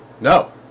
No